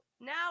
now